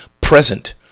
present